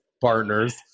partners